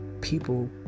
people